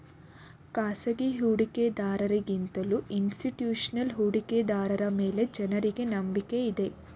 ಖಾಸಗಿ ಹೂಡಿಕೆದಾರರ ಗಿಂತಲೂ ಇನ್ಸ್ತಿಟ್ಯೂಷನಲ್ ಹೂಡಿಕೆದಾರರ ಮೇಲೆ ಜನರಿಗೆ ನಂಬಿಕೆ ಇದೆ